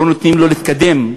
לא נותנים לו להתקדם.